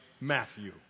Matthew